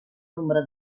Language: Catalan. nombre